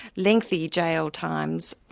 lengthy jail times,